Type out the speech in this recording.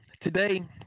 Today